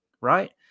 Right